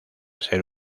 ser